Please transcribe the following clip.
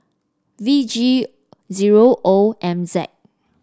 V G zero O M Z